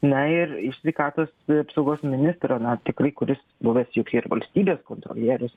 na ir iš sveikatos apsaugos ministro na tikrai kuris buvęs juk ir valstybės kontrolierius